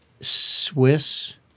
Swiss